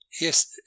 Yes